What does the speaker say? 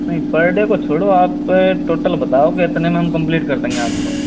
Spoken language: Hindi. नहीं पर डे को छोड़ो आप टोटल बताओ कि इतने में हम कंप्लीट कर देंगे आपको